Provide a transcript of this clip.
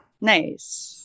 Nice